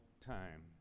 time